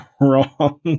wrong